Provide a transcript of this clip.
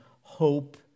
hope